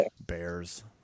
bears